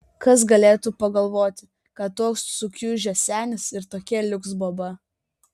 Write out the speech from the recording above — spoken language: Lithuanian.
kas galėtų pagalvoti kad toks sukiužęs senis ir tokia liuks boba